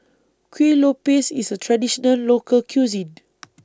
Kuih Lopes IS A Traditional Local Cuisine